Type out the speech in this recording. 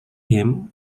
him